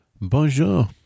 Bonjour